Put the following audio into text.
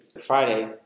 Friday